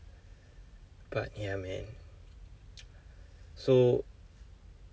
but yeah man so